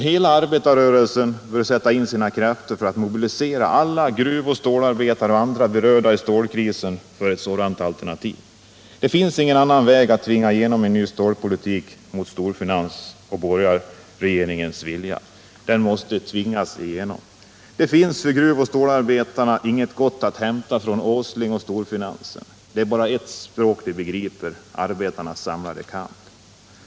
Hela arbetarrörelsen bör sätta in sina krafter på att mobilisera alla gruvoch stålarbetare och andra som är berörda av stålkrisen för ett sådant alternativ. Det finns ingen annan väg än att tvinga igenom en ny stålpolitik mot storfinansens och borgarregeringens vilja. Jag upprepar att den måste tvingas igenom. Gruvoch stålarbetare har inget gott att hämta hos herr Åsling och storfinansen. Det är bara ett språk man där begriper — det som arbetarnas samlade kamp talar.